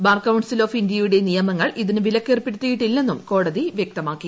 bar council of ഇന്ത്യയുടെ നിയമങ്ങൾ ഇതിന് വിലക്കേർപ്പെടുത്തിയിട്ടില്ലെന്നും കോടതി വ്യക്തമാക്കി